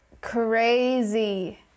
crazy